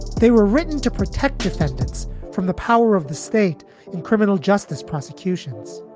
they were written to protect defendants from the power of the state in criminal justice prosecutions.